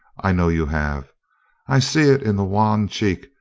i know you have i see it in the wan cheek,